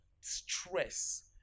stress